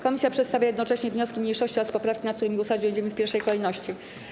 Komisja przedstawia jednocześnie wnioski mniejszości oraz poprawki, nad którymi głosować będziemy w pierwszej kolejności.